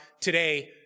today